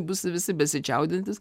bus visi besičiaudintys